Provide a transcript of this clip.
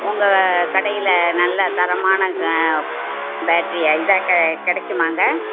உங்கள் கடையில் நல்ல தரமான பேட்ரி இதான் கிடைக்குமாங்க